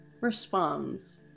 responds